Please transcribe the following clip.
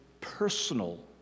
personal